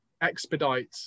expedite